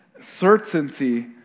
certainty